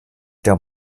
der